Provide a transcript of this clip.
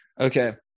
Okay